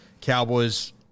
Cowboys